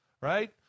right